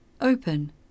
open